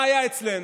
מה היה אצלנו?